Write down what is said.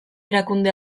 erakunde